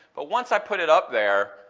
but once i put it up there,